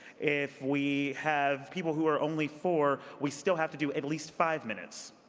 if we have people who are only four, we still have to do at least five minutes.